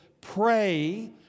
pray